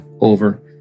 over